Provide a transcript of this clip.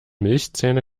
milchzähne